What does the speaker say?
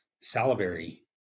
salivary